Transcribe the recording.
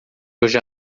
hoje